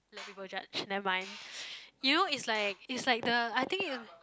let people judge nevermind you know is like is like the I think in